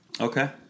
Okay